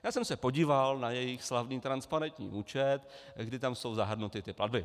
Já jsem se podíval na jejich slavný transparentní účet, kdy tam jsou zahrnuty platby.